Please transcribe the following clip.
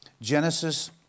Genesis